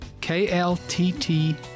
KLTT